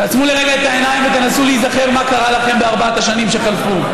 תעצמו לרגע את העיניים ותנסו להיזכר מה קרה לכם בארבע השנים שחלפו.